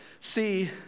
See